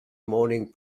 morning